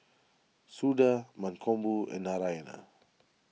Suda Mankombu and Narayana